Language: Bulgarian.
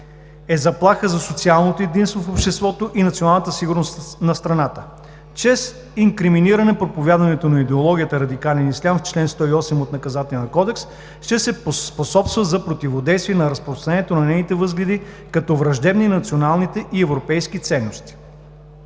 е заплаха за социалното единство в обществото и националната сигурност на страната. Чрез инкриминиране проповядването на идеологията „радикален ислям“ в чл. 108 от Наказателния кодекс ще се способства за противодействие на разпространението на нейните възгледи като враждебни на националните и европейските ценности.